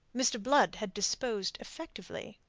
mr. blood had disposed effectively.